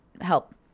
help